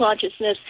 consciousness